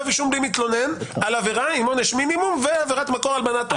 כתב אישום בלי מתלונן על עבירה עם עונש מינימום ועבירת מקור הלבנת הון?